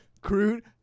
crude